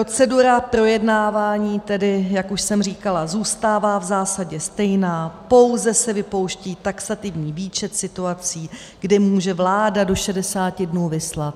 Procedura projednávání tedy, jak už jsem říkala, zůstává v zásadě stejná, pouze se vypouští taxativní výčet situací, kdy může vláda do 60 dnů vyslat.